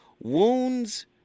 wounds